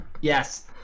Yes